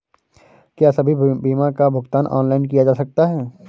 क्या सभी बीमा का भुगतान ऑनलाइन किया जा सकता है?